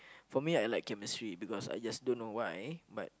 for me I like chemistry because I just don't know why but